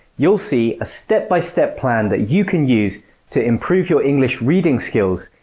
you'll see a step-by-step plan that you can use to improve your english reading skills,